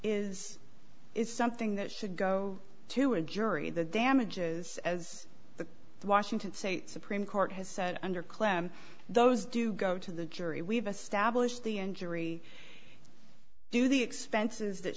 is is something that should go to a jury the damages as the washington state supreme court has said under claim those do go to the jury we've established the injury do the expenses that